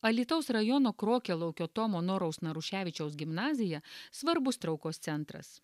alytaus rajono krokialaukio tomo noraus naruševičiaus gimnazija svarbus traukos centras